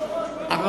לא, לא הוכחה אשמתו.